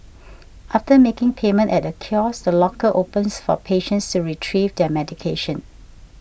after making payment at a kiosk the locker opens for patients to retrieve their medication